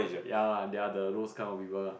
ya lah they are the those kind of people lah